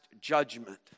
judgment